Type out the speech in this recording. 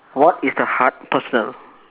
what is the hard personal